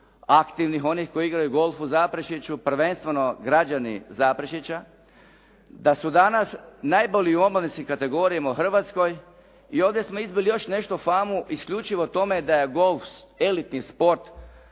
aktivni oni koji igraju golf u Zaprešiću prvenstveno građani Zaprešića. Da su danas najbolji … /Ne razumije se./ … Hrvatskoj i ovdje smo izbili još nešto famu isključivo tome da je golf elitni sport,